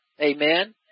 amen